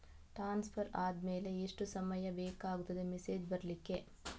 Transfer ಆದ್ಮೇಲೆ ಎಷ್ಟು ಸಮಯ ಬೇಕಾಗುತ್ತದೆ ಮೆಸೇಜ್ ಬರ್ಲಿಕ್ಕೆ?